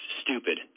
stupid